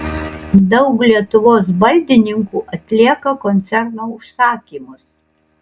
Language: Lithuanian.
daug lietuvos baldininkų atlieka koncerno užsakymus